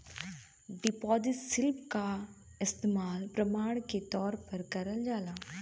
deposit slip क इस्तेमाल प्रमाण के तौर पर करल जाला